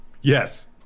Yes